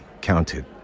counted